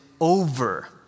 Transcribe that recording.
over